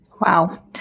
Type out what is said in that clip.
Wow